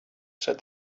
said